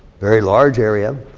very large area.